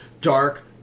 dark